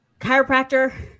chiropractor